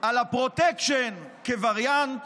על הפרוטקשן כווריאנט